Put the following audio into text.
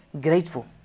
grateful